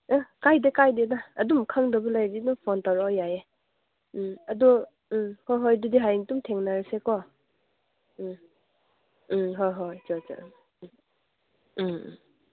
ꯑꯦ ꯀꯥꯏꯗꯦ ꯀꯥꯏꯗꯦꯗ ꯑꯗꯨꯝ ꯈꯪꯗꯕ ꯂꯩꯔꯗꯤ ꯑꯗꯨꯝ ꯐꯣꯟ ꯇꯧꯔꯛꯑꯣ ꯌꯥꯏꯌꯦ ꯎꯝ ꯑꯗꯣ ꯎꯝ ꯍꯣꯏ ꯍꯣꯏ ꯑꯗꯨꯗꯤ ꯍꯌꯦꯡ ꯑꯗꯨꯝ ꯊꯦꯡꯅꯔꯁꯦꯀꯣ ꯎꯝ ꯎꯝ ꯍꯣꯏ ꯍꯣꯏ ꯑꯆꯥ ꯑꯆꯥ ꯎꯝ ꯎꯝ